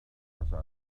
hassan